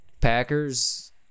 Packers